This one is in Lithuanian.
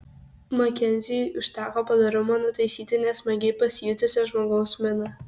makenziui užteko padorumo nutaisyti nesmagiai pasijutusio žmogaus miną